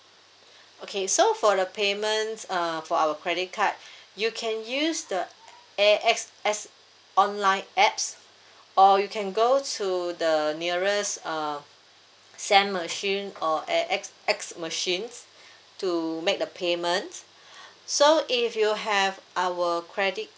okay so for the payments uh for our credit card you can use the A_X_S online apps or you can go to the nearest uh SAM machine or A_X_S machines to make the payments so if you have our credit